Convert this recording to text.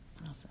awesome